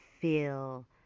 feel